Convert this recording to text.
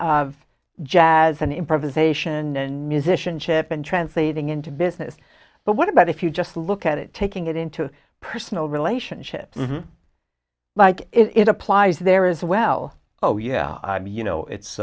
of jazz and improvisation and musicianship and translating into business but what about if you just look at it taking it into a personal relationship like it applies there as well oh yeah i mean you know it's